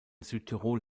südtirol